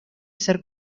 ser